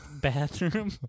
bathroom